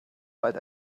bald